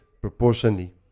proportionally